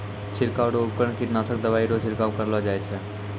छिड़काव रो उपकरण कीटनासक दवाइ रो छिड़काव करलो जाय छै